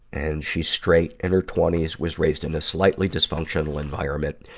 and she's straight, in her twenty s, was raised in a slightly dysfunctional environment.